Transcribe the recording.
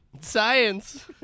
Science